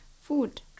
food